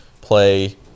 play